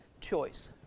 choice